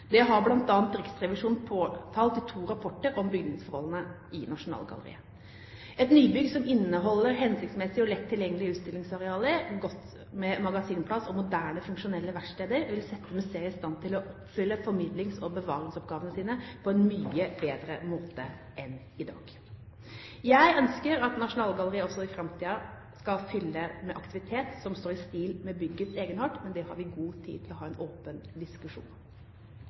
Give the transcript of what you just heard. Det har bl.a. Riksrevisjonen påtalt i to rapporter om bygningsforholdene i Nasjonalgalleriet. Et nybygg som inneholder hensiktsmessige og lett tilgjengelige utstillingsarealer, godt med magasinplass og moderne funksjonelle verksteder, vil sette museet i stand til å oppfylle formidlings- og bevaringsoppgavene sine på en mye bedre måte enn i dag. Jeg ønsker at Nasjonalgalleriet også i framtiden skal fylles med aktivitet som står i stil med byggets egenart, men det har vi god tid til å ha en åpen diskusjon